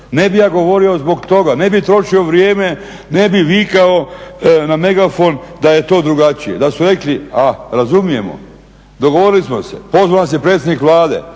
ne bi ja govorio zbog toga, ne bi trošio vrijeme, ne bi vikao na megafon da je to drugačije, da su rekli razumijemo, dogovorili smo se, pozvao nas je predsjednik Vlade,